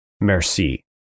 merci